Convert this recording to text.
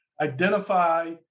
identify